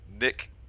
nick